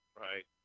Right